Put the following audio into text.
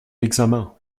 examen